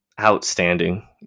outstanding